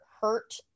hurt